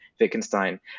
Wittgenstein